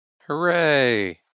Hooray